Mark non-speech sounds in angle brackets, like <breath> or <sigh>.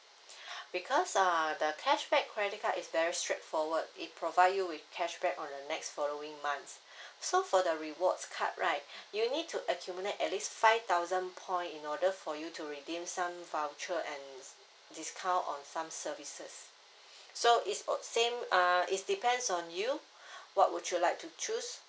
<breath> because err the cashback credit card is very straight forward it provide you with cashback on the next following months <breath> so for the rewards card right <breath> you need to accumulate at least five thousand point in order for you to redeem some voucher and discount on some services <breath> so it's o~ same uh it's depends on you <breath> what would you like to choose